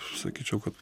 sakyčiau kad